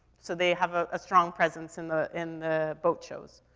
so they have a, a strong presence in the, in the boat shows.